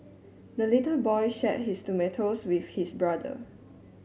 the little boy shared his tomatoes with his brother